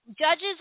judges